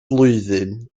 flwyddyn